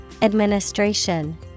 administration